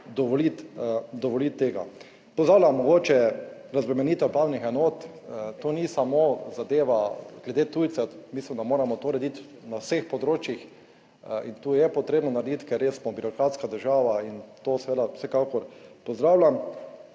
dovoliti tega. Pozdravljam, mogoče razbremenitev upravnih enot, to ni samo zadeva glede tujcev. Mislim, da moramo to urediti na vseh področjih. To je potrebno narediti, ker res smo birokratska država in to seveda vsekakor pozdravljam.